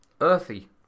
Earthy